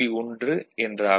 1 என்றாகும்